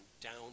down